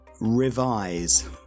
Revise